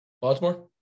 Baltimore